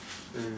mm